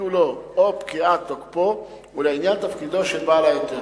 ביטולו או פקיעת תוקפו ולעניין תפקידיו של בעל ההיתר.